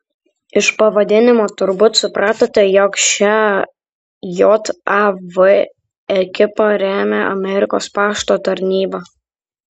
iš pavadinimo turbūt supratote jog šią jav ekipą remia amerikos pašto tarnyba